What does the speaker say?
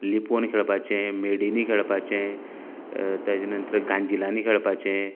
लिपून खेळपाचे म्हेडींनीं खेळपाचे ताचे नंतर गांजीलांनी खेळपाचे